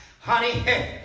Honey